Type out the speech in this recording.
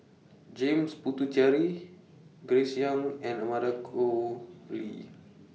James Puthucheary Grace Young and Amanda Koe Lee